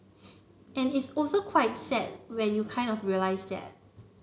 and it's also quite sad when you kind of realise that